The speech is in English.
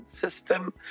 system